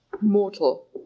mortal